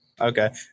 Okay